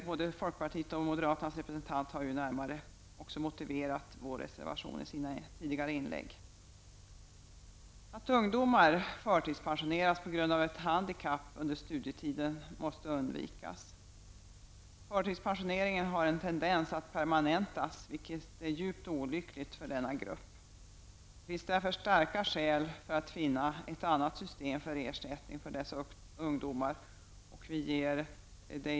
Både folkpartiets och moderaternas representanter har i tidigare inlägg också motiverat vår reservation. Att ungdomar förtidspensioneras på grund av ett handikapp under studietiden måste undvikas. Förtidspensioneringen har en tendens att permanentas, vilket är djupt olyckligt för denna grupp. Skälen för att finna ett annat system för ersättning till dessa ungdomar är därför starka.